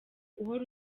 uhora